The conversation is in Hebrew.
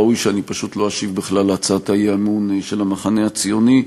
ראוי שאני פשוט לא אשיב בכלל להצעת האי-אמון של המחנה הציוני.